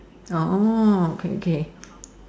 oh okay okay